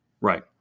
right